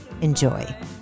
Enjoy